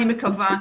אני מקווה,